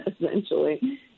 essentially